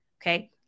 okay